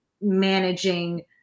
managing